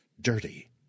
dirty